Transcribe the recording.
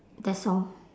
that's all